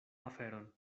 aferon